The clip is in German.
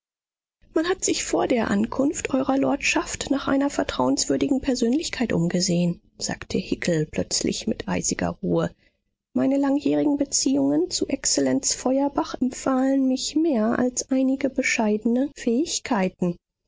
man hat sich vor der ankunft eurer lordschaft nach einer vertrauenswürdigen persönlichkeit umgesehen sagte hickel plötzlich mit eisiger ruhe meine langjährigen beziehungen zu exzellenz feuerbach empfahlen mich mehr als einige bescheidene fähigkeiten